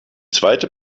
zweite